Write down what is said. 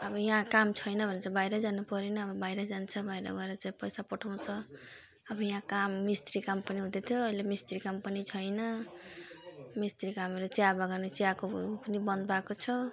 अब यहाँ काम छैन भने चाहिँ बाहिरै जानुपरेन अब बाहिरै जान्छ बाहिर गएर चाहिँ पैसा पठाउँछ अब यहाँ काम मिस्त्री काम पनि हुँदैथ्यो अहिले मिस्त्री काम पनि छैन मिस्त्री कामहरू चियाबगाने चियाको पनि बन्द भएको छ